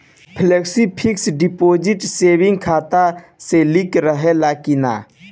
Flexi fix deposit saving खाता से link रहले कि ना?